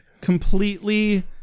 completely